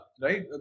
Right